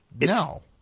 no